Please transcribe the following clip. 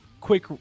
Quick